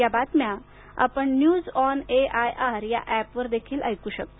या बातम्या आपण न्यूज ऑन एआयआर ऍपवर देखील ऐकू शकता